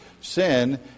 sin